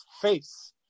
face